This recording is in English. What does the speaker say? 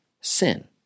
sin